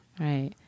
Right